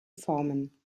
formen